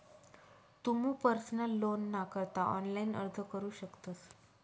तुमू पर्सनल लोनना करता ऑनलाइन अर्ज करू शकतस